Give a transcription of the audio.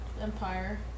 empire